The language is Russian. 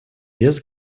без